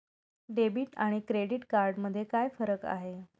Debit आणि credit card मध्ये काय फरक आहे?